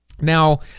Now